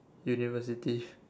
university